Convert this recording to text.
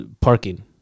parking